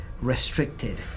restricted